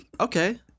Okay